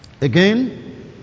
again